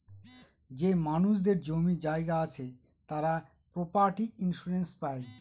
যে মানুষদের জমি জায়গা আছে তারা প্রপার্টি ইন্সুরেন্স পাই